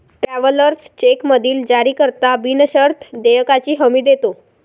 travellers चेकमधील जारीकर्ता बिनशर्त देयकाची हमी देतो